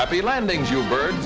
happy landings you bird